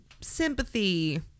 sympathy